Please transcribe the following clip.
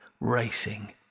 racing